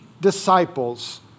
disciples